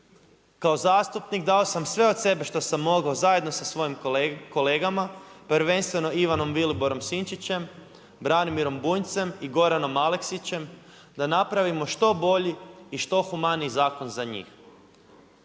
Kao zastupnik, dao sam sve od sebe što sam mogao, zajedno sa svojim kolegama, prvenstveno Ivanom Viliborom Sinčićem, Branimirom Bunjcem i Goranom Aleksićem, da napravimo što bolji i što humaniji zakon za njih.